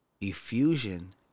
Effusion